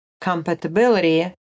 compatibility